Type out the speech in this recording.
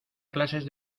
clases